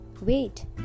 wait